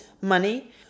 money